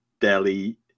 Delhi